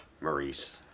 Maurice